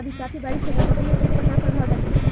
अभी काफी बरिस होत बा मकई के खेत पर का प्रभाव डालि?